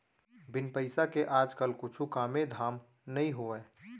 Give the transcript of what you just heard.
बिन पइसा के आज काल कुछु कामे धाम नइ होवय